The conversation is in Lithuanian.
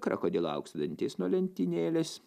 krokodilo aukso dantis nuo lentynėlės